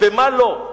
במה לא.